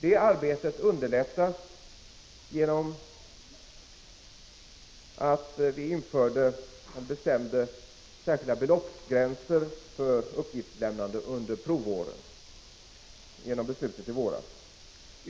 Det arbetet underlättas genom att vi vid beslutet i våras bestämde särskilda beloppsgränser för uppgiftslämnande under provåren.